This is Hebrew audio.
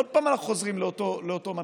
עוד פעם אנחנו חוזרים לאותו מנגנון.